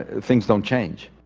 ah things don't change